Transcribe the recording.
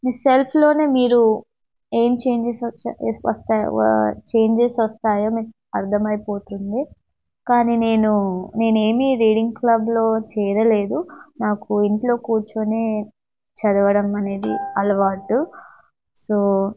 మీ సెల్ఫ్లోనే మీరు ఏం చేంజెస్ వస్తా వస్తాయో చేంజెస్ వస్తాయో మీరు అర్థమైపోతుంది కానీ నేను నేనే ఏమి రీడింగ్ క్లబ్లో చేరలేదు నాకు ఇంట్లో కూర్చొనే చదవడం అనేది అలవాార్డు సో